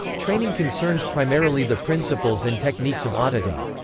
training concerns primarily the principles and techniques of auditing.